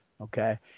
Okay